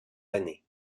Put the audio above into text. années